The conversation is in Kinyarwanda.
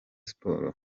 sports